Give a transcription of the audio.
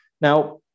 now